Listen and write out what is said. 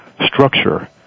structure